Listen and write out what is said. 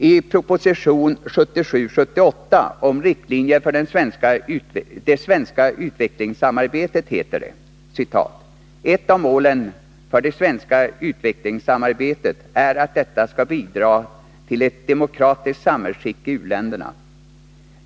I en proposition 1977/78 om riktlinjer för det svenska utvecklingssamarbetet heter det: ”Ett av målen för det svenska utvecklingssamarbetet är att detta skall bidra till ett demokratiskt samhällsskick i u-länderna.